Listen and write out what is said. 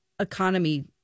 economy